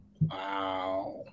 Wow